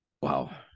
Wow